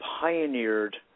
pioneered